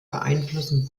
beeinflussen